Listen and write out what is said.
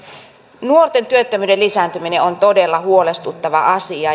nuorten työttömyyden lisääntyminen on todella huolestuttava asia